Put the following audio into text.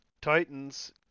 Titans